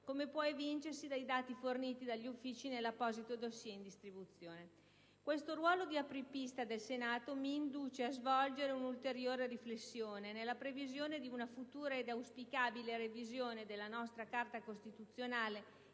come può evincersi dai dati forniti dagli uffici nell'apposito *dossier* in distribuzione. Questo ruolo di «apripista» del Senato mi induce a svolgere un'ulteriore riflessione nella previsione di una futura ed auspicabile revisione della nostra Carta costituzionale